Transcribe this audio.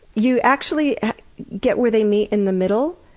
you actually get where they meet in the middle